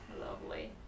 lovely